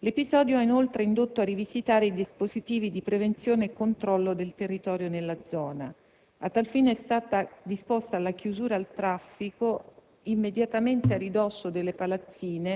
L'episodio ha, inoltre, indotto a rivisitare i dispositivi di prevenzione e controllo del territorio nella zona: a tal fine è stata disposta la chiusura al traffico